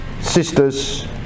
sisters